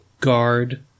guard